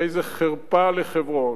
הרי זה חרפה לחברון,